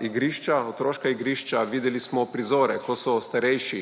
igrišča, otroška igrišča, videli smo prizore, ko so starejši